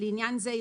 לעניין זה,